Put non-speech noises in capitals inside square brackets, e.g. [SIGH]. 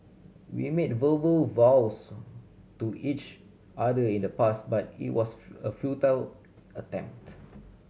we made verbal vows to each other in the past but it was [UNINTELLIGIBLE] a futile attempt